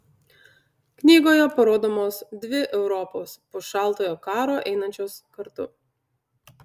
knygoje parodomos dvi europos po šaltojo karo einančios kartu